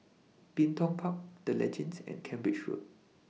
Bin Tong Park The Legends and Cambridge Road